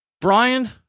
Brian